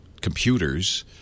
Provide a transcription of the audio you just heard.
computers